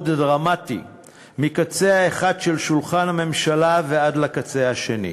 דרמטי מקצה האחד של שולחן הממשלה ועד לקצה השני,